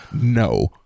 No